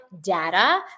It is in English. data